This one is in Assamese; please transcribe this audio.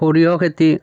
সৰিয়হ খেতি